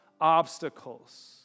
obstacles